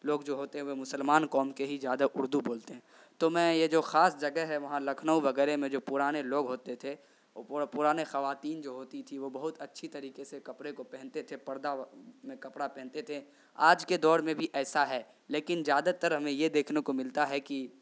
لوگ جو ہوتے ہیں وہ مسلمان قوم کے ہی زیادہ اردو بولتے ہیں تو میں یہ جو خاص جگہ ہے وہاں لکھنؤ وغیرہ میں جو پرانے لوگ ہوتے تھے پرانے خواتین جو ہوتی تھیں وہ بہت اچھی طریقے سے کپڑے کو پہنتے تھے پردہ میں کپڑا پہنتے تھے آج کے دور میں بھی ایسا ہے لیکن زیادہ تر ہمیں یہ دیکھنے کو ملتا ہے کہ